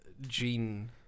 gene